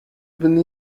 been